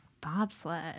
Bobsled